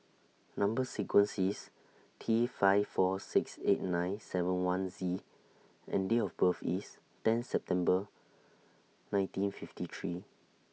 Number sequence IS T five four six eight nine seven one Z and Date of birth IS ten September nineteen fifty three